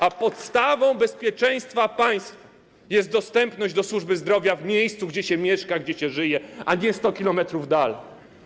A podstawą bezpieczeństwa państwa jest dostępność służby zdrowia w miejscu, gdzie się mieszka, gdzie się żyje, a nie 100 km dalej.